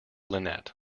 lynette